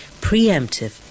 preemptive